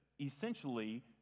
essentially